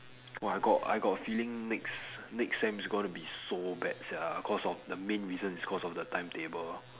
!wah! I got I got a feeling next next sem is going to be so bad sia cause of the main reason it's cause of the timetable